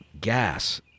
gas